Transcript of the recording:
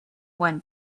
when